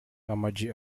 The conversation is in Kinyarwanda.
amag